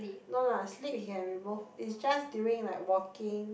no lah sleep he can remove it's just during like walking